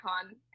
icon